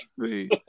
See